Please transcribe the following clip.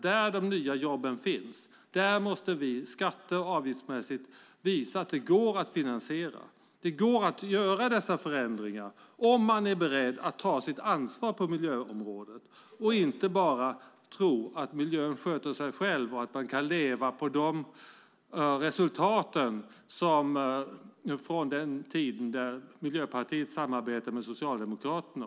Där de nya jobben finns måste vi skatte och avgiftsmässigt visa att det går att finansiera. Det går att göra dessa förändringar om man är beredd att ta sitt ansvar på miljöområdet. Man kan inte bara tro att miljön sköter sig själv och att man kan leva på resultaten från tiden då Miljöpartiet samarbetade med Socialdemokraterna.